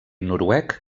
noruec